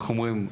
איך אומרים,